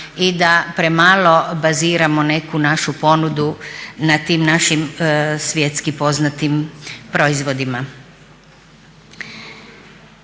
i da premalo baziramo neku našu ponudu na tim našim svjetski poznatim proizvodima.